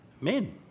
Men